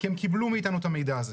כי הם קיבלו מאיתנו את המידע הזה.